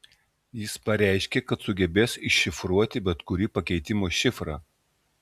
jis pareiškė kad sugebės iššifruoti bet kurį pakeitimo šifrą